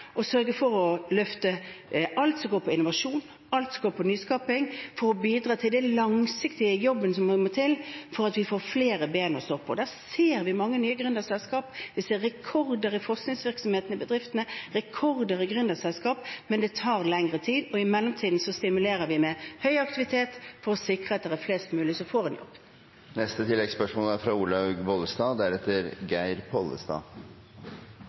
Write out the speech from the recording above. å sørge for å løfte alt som handler om innovasjon og nyskaping, for å bidra til den langsiktige jobben som må til for at vi skal få flere ben å stå på. Der ser vi mange nye gründerselskap. Vi ser rekorder i forskningsvirksomheten i bedriftene og rekorder i gründerselskap, men det tar lengre tid. I mellomtiden stimulerer vi med høy aktivitet for å sikre at det er flest mulig som får en jobb.